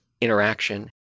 interaction